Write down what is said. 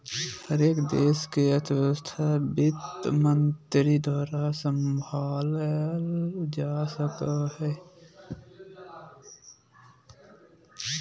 हरेक देश के अर्थव्यवस्था वित्तमन्त्री द्वारा सम्भालल जा हय